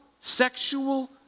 sexual